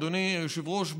אדוני היושב-ראש,